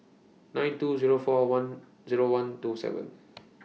nine two Zero four Zero one two seven